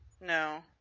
No